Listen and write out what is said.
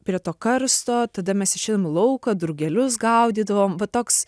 prie to karsto tada mes išėjom į lauką drugelius gaudydavom va toks